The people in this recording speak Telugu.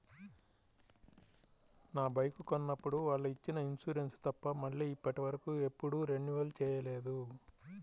నా బైకు కొన్నప్పుడు వాళ్ళు ఇచ్చిన ఇన్సూరెన్సు తప్ప మళ్ళీ ఇప్పటివరకు ఎప్పుడూ రెన్యువల్ చేయలేదు